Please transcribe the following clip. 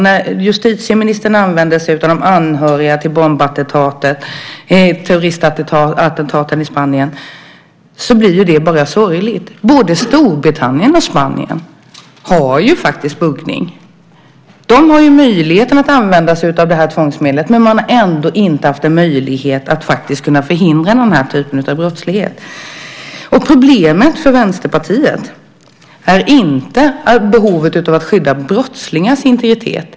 När justitieministern använder sig av de anhöriga till terroristattentatsoffren i Spanien blir det bara sorgligt. Både Storbritannien och Spanien har ju faktiskt buggning. De har möjligheten att använda sig av detta tvångsmedel men har ändå inte haft möjlighet att förhindra den här typen av brottslighet. Problemet för Vänsterpartiet är inte behovet av att skydda brottslingars integritet.